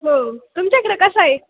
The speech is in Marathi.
हो तुमच्याकडं कसं आहे